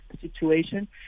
situation